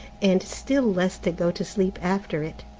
and still less to go to sleep after it.